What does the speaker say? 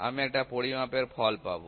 আমি একটা পরিমাপের ফলাফল পাব